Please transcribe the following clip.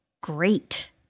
great